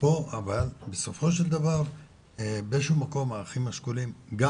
אבל בסופו של דבר באיזה שהוא מקום האחים השכולים גם